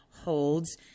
holds